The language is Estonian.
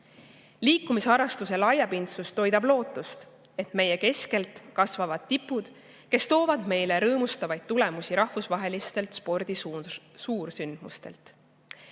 Liikumisharrastuse laiapindsus toidab lootust, et meie keskelt kasvavad tipud, kes toovad meile rõõmustavaid tulemusi rahvusvahelistelt spordisuursündmustelt.